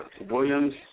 Williams